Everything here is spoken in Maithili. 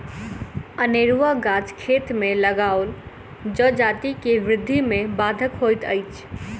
अनेरूआ गाछ खेत मे लगाओल जजाति के वृद्धि मे बाधक होइत अछि